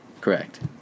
Correct